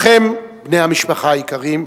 לכם, בני המשפחה היקרים,